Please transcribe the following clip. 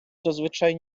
зазвичай